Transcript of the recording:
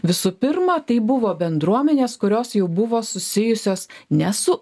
visų pirma tai buvo bendruomenės kurios jau buvo susijusios ne su